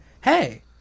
hey